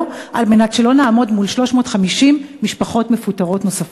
על מנת שלא נעמוד מול 350 משפחות מפוטרות נוספות.